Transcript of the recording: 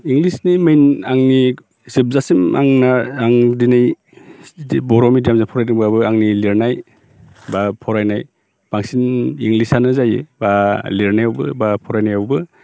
इंलिसनि मेन आंनि जोबजासिम आंना आं दिनै बर' मिडियामजों फरायदोंब्लाबो आंनि लिरनाय एबा फरायनाय बांसिन इंलिसानो जायो एबा लिरनायावबो एबा फरायनायावबो